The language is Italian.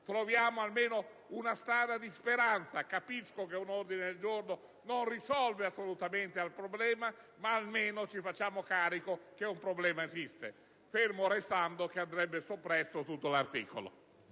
Troviamo almeno una strada di speranza. Capisco che un ordine del giorno non risolve assolutamente il problema, ma almeno facciamoci carico del fatto che un problema esiste, fermo restando che andrebbe soppresso tutto l'articolo.